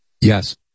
Yes